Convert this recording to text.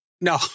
No